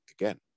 again